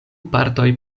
partoj